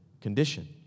condition